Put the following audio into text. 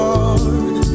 Lord